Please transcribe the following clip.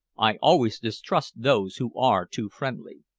i always distrust those who are too friendly.